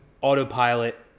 autopilot